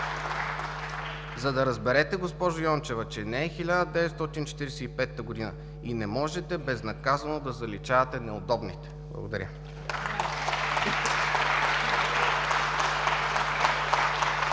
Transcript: за да разберете, госпожо Йончева, че не е 1945 г. и не можете безнаказано да заличавате неудобните. Благодаря.